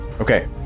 Okay